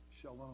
Shalom